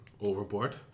overboard